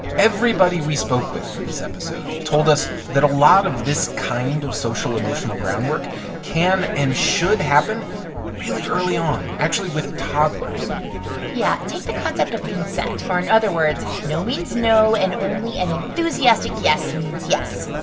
everybody we spoke with for this episode told us that a lot of this kind of social, emotional groundwork can and should happen really early on, actually, with toddlers yeah. take the concept of consent or, in other words, no means no and only an enthusiastic yes means yes.